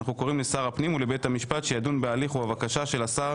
אנחנו קוראים לשר הפנים ולבית המשפט שידון בהליך ובבקשה של השר